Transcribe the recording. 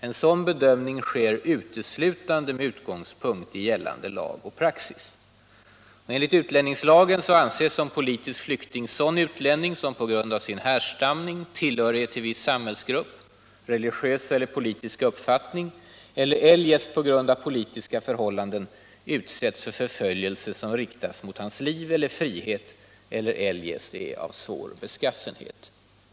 En sådan bedömning sker uteslutande med utgångspunkt i gällande lag och praxis. Enligt utlänningslagen anses som politisk flykting sådan utlänning som på grund av sin härstamning, tillhörighet till viss samhällsgrupp, religiös eller politisk uppfattning e!ler eljest på grund av politiska förhållanden utsätts för förföljelse som riktas mot hans liv eller frihet eller eljest är av svår beskaffenhet.